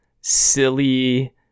silly